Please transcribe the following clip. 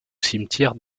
cimetière